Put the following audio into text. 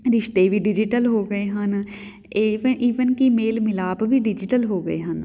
ਰਿਸ਼ਤੇ ਵੀ ਡਿਜੀਟਲ ਹੋ ਗਏ ਹਨ ਇਹ ਮੈਂ ਈਵਨ ਕਿ ਮੇਲ ਮਿਲਾਪ ਵੀ ਡਿਜੀਟਲ ਹੋ ਗਏ ਹਨ